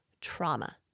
trauma